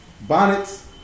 bonnets